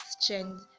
change